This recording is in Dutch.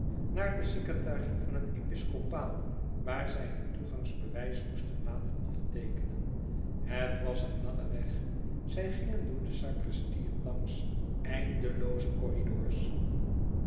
naar de secretarie van het episcopaal waar zij hun toegangsbewijs moesten laten afteekenen het was een lange weg zij gingen door de sacristieën langs eindelooze corridors